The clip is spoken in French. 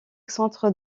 centres